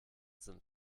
sind